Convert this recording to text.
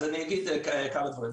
אז אני אגיד כמה דברים.